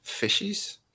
Fishies